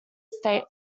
state